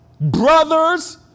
brothers